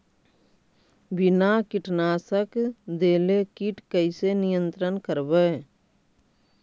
बिना कीटनाशक देले किट कैसे नियंत्रन करबै?